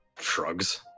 Shrugs